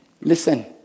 Listen